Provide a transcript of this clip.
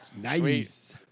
Nice